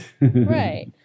Right